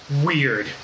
Weird